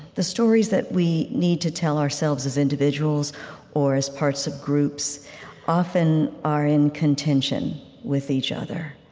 the stories that we need to tell ourselves as individuals or as parts of groups often are in contention with each other.